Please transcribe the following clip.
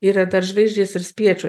yra tarp žvaigždės ir spiečių